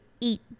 eat